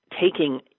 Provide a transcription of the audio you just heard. taking